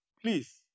Please